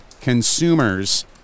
consumers